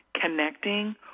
connecting